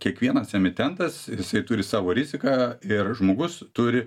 kiekvienas emitentas ir jisai turi savo riziką ir žmogus turi